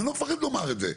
ואני לא מפחד לומר את זה.